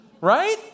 right